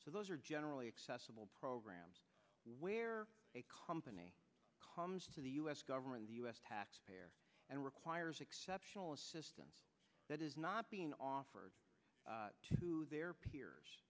so those are generally accessible programs where a company comes to the u s government the u s taxpayer and requires exceptional assistance that is not being offered to their peers